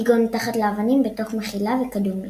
כגון מתחת לאבנים, בתוך מחילה וכדומה.